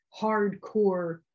hardcore